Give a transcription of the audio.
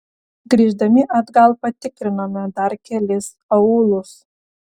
grįždami atgal patikrinome dar kelis aūlus